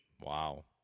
Wow